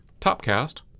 topcast